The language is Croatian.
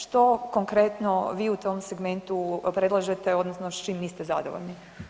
Što konkretno vi u tom segmentu predlažete odnosno s čim niste zadovoljni?